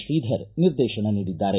ಶ್ರೀಧರ್ ನಿರ್ದೇಶನ ನೀಡಿದ್ದಾರೆ